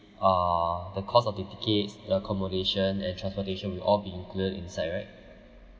uh the cost of the tickets the accommodation and transportation will all be included inside right